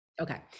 Okay